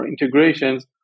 integrations